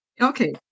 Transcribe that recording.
Okay